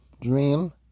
dream